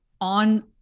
on